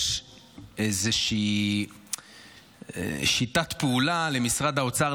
לפעמים איזושהי שיטת פעולה למשרד האוצר,